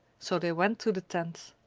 so they went to the tent.